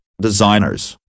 designers